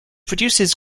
produces